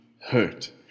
hurt